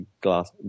glass